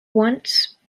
once